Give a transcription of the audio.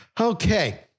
Okay